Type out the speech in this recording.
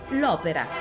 l'opera